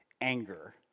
anger